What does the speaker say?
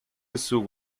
issue